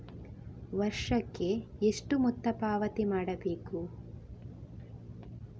ವರ್ಷಕ್ಕೆ ಎಷ್ಟು ಮೊತ್ತ ಪಾವತಿಸಬೇಕು?